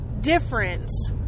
difference